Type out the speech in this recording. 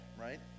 right